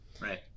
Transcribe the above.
Right